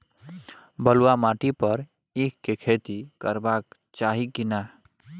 बलुआ माटी पर ईख के खेती करबा चाही की नय?